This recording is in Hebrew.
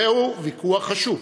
זה ויכוח חשוב,